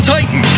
Titan